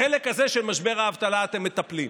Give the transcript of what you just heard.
בחלק הזה של משבר האבטלה אתם מטפלים.